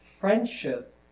friendship